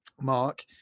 mark